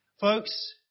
Folks